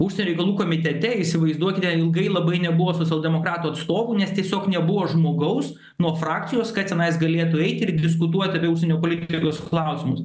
užsienio reikalų komitete įsivaizduokite ilgai labai nebuvo sosialdemokratų atstovų nes tiesiog nebuvo žmogaus nuo frakcijos kad tenais galėtų eiti ir diskutuoti apie užsienio politikos klausimus